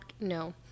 no